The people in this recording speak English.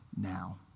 now